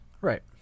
Right